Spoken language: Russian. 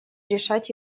решать